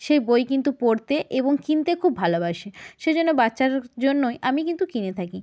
সে বই কিন্তু পড়তে এবং কিনতে খুব ভালবাসে সেজন্য বাচ্চার জন্যই আমি কিন্তু কিনে থাকি